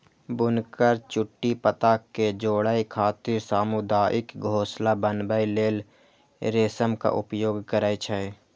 बुनकर चुट्टी पत्ता कें जोड़ै खातिर सामुदायिक घोंसला बनबै लेल रेशमक उपयोग करै छै